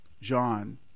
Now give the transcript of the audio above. John